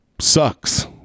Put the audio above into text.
sucks